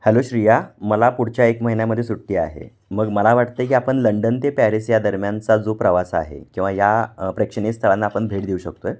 hello Shriya मला पुढच्या एक महिन्यामध्ये सुट्टी आहे मग मला वाटतं की आपण लंडन ते पॅरिस या दरम्यानचा जो प्रवास आहे किंवा या प्रेक्षणीय स्थळांना आपण भेट देऊ शकतो आहे